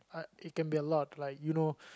it can be a lot like you know